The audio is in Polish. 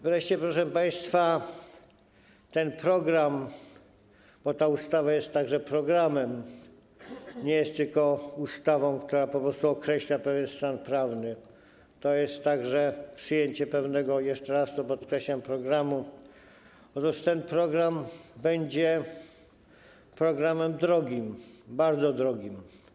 Wreszcie, proszę państwa, ten program - bo ta ustawa jest także programem, nie jest tylko ustawą, która po prostu określa pewien stan prawny, to jest także przyjęcie pewnego, jeszcze raz to podkreślam, programu - będzie programem drogim, bardzo drogim.